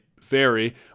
vary